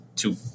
two